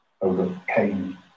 overcame